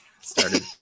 started